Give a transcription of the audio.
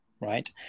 right